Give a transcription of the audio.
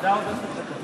תדע עוד עשר דקות.